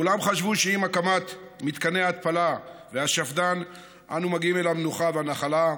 כולם חשבו שעם הקמת מתקני ההתפלה והשפד"ן אנו מגיעים אל המנוחה והנחלה,